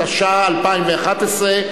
התשע"א 2011,